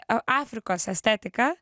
a afrikos estetika